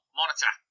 monitor